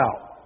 out